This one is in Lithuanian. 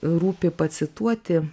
rūpi pacituoti